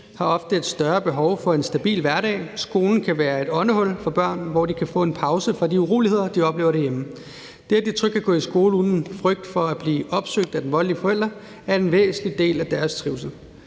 har ofte et større behov for en stabil hverdag, og skolen kan være et åndehul for børnene, hvor de kan få en pause fra de uroligheder, de oplever derhjemme. Det, at de trygt kan gå i skole uden en frygt for at blive opsøgt af den voldelige forælder, er en væsentlig del af deres trivsel.